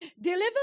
deliver